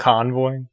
Convoy